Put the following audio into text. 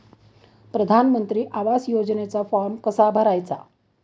प्रधानमंत्री आवास योजनेचा फॉर्म कसा भरायचा?